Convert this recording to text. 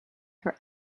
her